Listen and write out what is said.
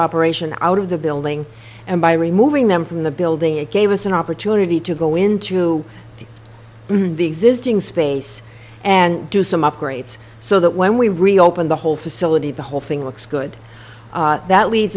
operation out of the building and by removing them from the building it gave us an opportunity to go into existing space and do some upgrades so that when we reopen the whole facility the whole thing looks good that leads